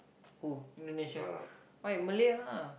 who Indonesian why Malay lah